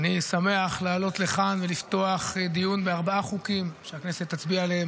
אני שמח לעלות לכאן ולפתוח דיון בארבעה חוקים שהכנסת תצביע עליהם,